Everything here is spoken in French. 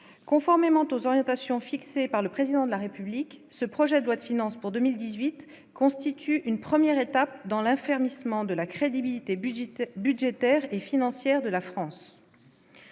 conformément aux orientations fixées par le président de la République, ce projet de loi de finances pour 2018 constitue une première étape dans l'affermissement de la crédibilité budgétaire budgétaire et financière de la France,